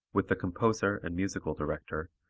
with the composer and musical director,